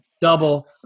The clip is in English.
double